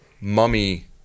Mummy